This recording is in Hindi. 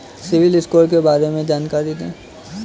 सिबिल स्कोर के बारे में जानकारी दें?